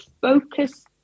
focus